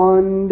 One